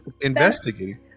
investigating